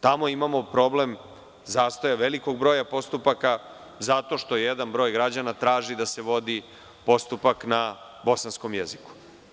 Tamo imamo problem zastoja velikog broja postupaka zato što jedan broj građana traži da se vodi postupak na bosanskom jeziku.